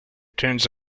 turns